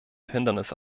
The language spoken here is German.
hindernisse